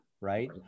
right